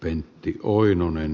pentti oinonen